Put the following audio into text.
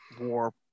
war